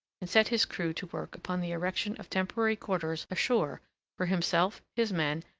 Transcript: and set his crew to work upon the erection of temporary quarters ashore for himself, his men,